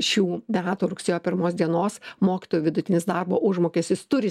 šių metų rugsėjo pirmos dienos mokytojų vidutinis darbo užmokestis turi